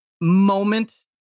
moment